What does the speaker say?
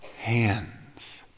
hands